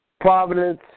Providence